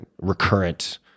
recurrent